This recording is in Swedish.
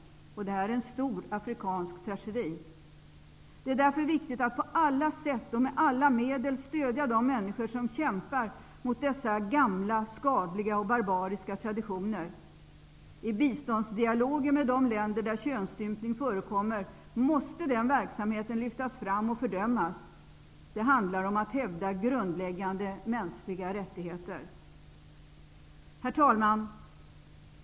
Det är en stor tragedi i Afrika. Det är därför viktigt att på alla sätt och med alla medel stödja de människor som kämpar mot dessa gamla, skadliga och barbariska traditioner. I biståndsdialogen med de länder där könsstympning förekommer, måste den verksamheten lyftas fram och fördömas. Det handlar om att hävda grundläggande mänskliga rättigheter. Herr talman!